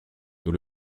nous